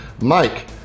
Mike